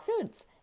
foods